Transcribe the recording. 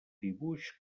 dibuix